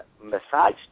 massage